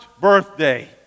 birthday